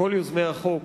כל יוזמי החוק,